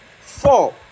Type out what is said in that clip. four